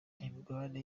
n’imigabane